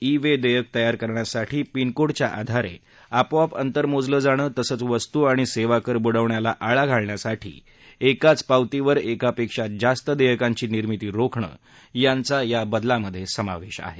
मे देयक तयार करण्यासाठी पिनकोडच्या आधारे आपोआप अंतर मोजलं जाणं तसंच वस्तू आणि सेवाकर बूडवण्याला आळा घालण्यासाठी एकाच पावतीवर एकापेक्षा जास्त देयकांची निर्मिती रोखणं यांचा या बदलांमधे समावेश आहे